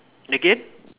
again